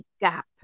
gap